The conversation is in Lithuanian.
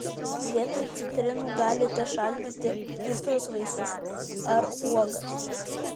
vietoj citrinų galite šaldyti kitus vaisius ar uogas